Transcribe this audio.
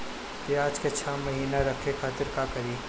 प्याज के छह महीना रखे खातिर का करी?